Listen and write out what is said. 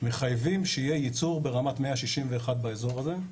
מחייבים שיהיה ייצור ברמת 161 באזור הזה,